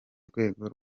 rwego